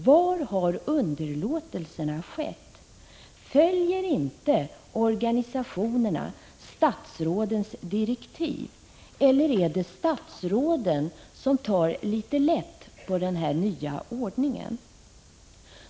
Var har underlåtelserna skett? Följer inte organisationerna statsrådens direktiv, eller är det statsråden som tar lätt på den nya ordningen?